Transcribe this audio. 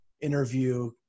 interview